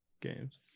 games